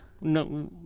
no